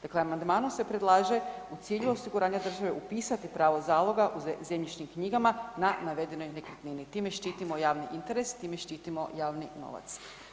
Dakle, amandmanom se predlaže u cilju osiguranja države upisati pravo zaloga u zemljišnim knjigama na navedenoj nekretnine, time štitimo javni interes, time štitimo javni novac.